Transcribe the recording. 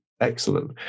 Excellent